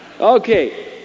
Okay